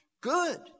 good